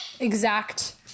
exact